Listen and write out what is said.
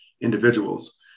individuals